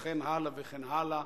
וכן הלאה וכן הלאה.